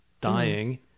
dying